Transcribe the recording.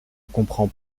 comprends